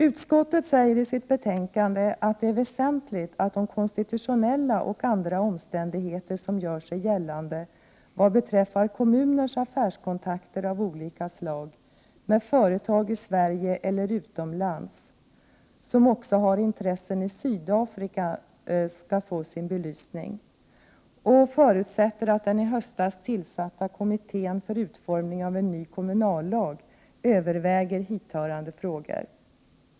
Utskottet säger i sitt betänkande, att det är väsentligt att de konstitutionella och andra omständigheter, som gör sig gällande i vad beträffar kommuners affärskontakter av olika slag med företag i Sverige eller utomlands som också har intressen i Sydafrika, får sin belysning, och förutsätter att den i höstas tillsatta kommittén för utformning av en ny kommunallag överväger hithörande frågor.